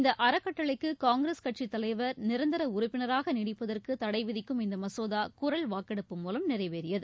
இந்த அறக்கட்டளைக்கு காங்கிரஸ் கட்சித் தலைவர் நிரந்தர உறுப்பினராக நீடிப்பதற்கு தடை விதிக்கும் இந்த மசோதா குரல் வாக்கெடுப்பு மூலம் நிறைவேறியது